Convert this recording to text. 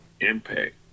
Impact